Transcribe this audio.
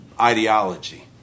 ideology